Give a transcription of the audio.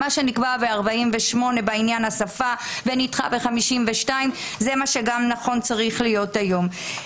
מה שנקבע ב-48' בעניין השפה ונדחה ב-52' זה מה שגם צריך להיות היום.